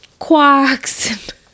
Quacks